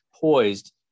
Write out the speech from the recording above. poised